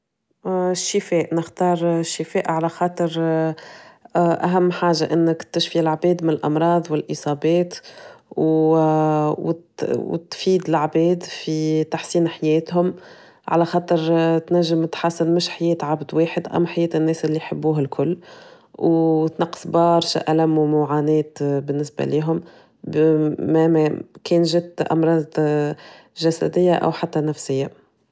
الشفاء نختار الشفاء على خاطر أهم حاجة انك تشفي العباد من الأمراض والإصابات، و وت- وتفيد العباد في تحسين حياتهم، على خاطر تنجم تحسن مش حياة عبد واحد، ام حياة الناس اللي يحبوه الكل، وتنقص برشا ألم ومعاناة بالنسبة ليهم، ب ما ما كان جات أمراض جسدية أو حتى نفسية.